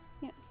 Yes